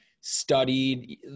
studied